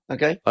Okay